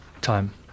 time